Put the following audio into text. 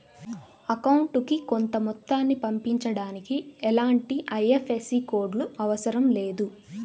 అకౌంటుకి కొంత మొత్తాన్ని పంపించడానికి ఎలాంటి ఐఎఫ్ఎస్సి కోడ్ లు అవసరం లేదు